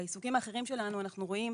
בעיסוקים האחרים שלנו אנחנו רואים,